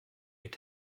mit